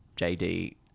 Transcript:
JD